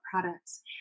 products